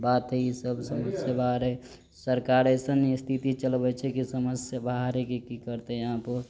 बात है ईसब समझ से बाहर है सरकार अइसन स्थिति चलबै छै की समझ सँ बाहर है की की करतै हँ बहुत